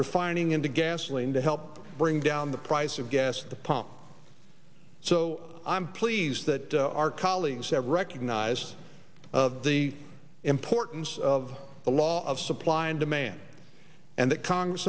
refining into gasoline to help bring down the price of gas at the pump so i'm pleased that our colleagues have recognized of the importance of the law of supply and demand and that congress